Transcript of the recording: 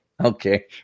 Okay